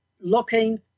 looking